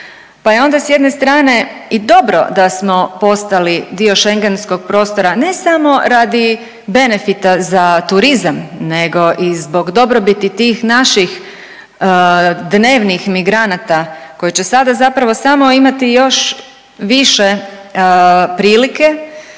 Pa je onda s jedne strane i dobro da smo postali dio Schengenskog prostora ne samo radi benefita za turizam, nego i zbog dobrobiti tih naših dnevnih migranata koji će sada zapravo samo imati još više prilike